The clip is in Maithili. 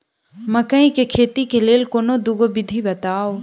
मकई केँ खेती केँ लेल कोनो दुगो विधि बताऊ?